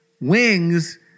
wings